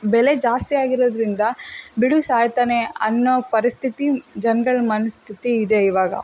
ಬೆಲೆ ಜಾಸ್ತಿ ಆಗಿರೋದರಿಂದ ಬಿಡು ಸಾಯ್ತಾನೆ ಅನ್ನೋ ಪರಿಸ್ಥಿತಿ ಜನ್ಗಳ ಮನಸ್ಥಿತಿ ಇದೆ ಇವಾಗ